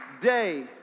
day